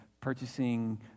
purchasing